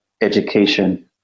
education